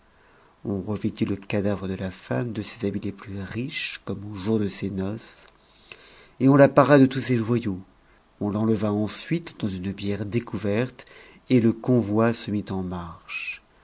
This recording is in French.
on revêtit le cadavre de la femme de ses habits les plus riches comme au jour de ses noces et on la para de tous ses joyaux on l'enleva ensuite dans une bière découverte et le convoi se mit en marche